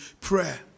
prayer